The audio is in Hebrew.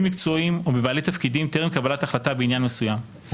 מקצועיים או בבעלי תפקידים טרם קבלת החלטה בעניין מסוים.